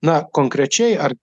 na konkrečiai ar